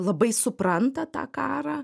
labai supranta tą karą